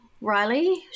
Riley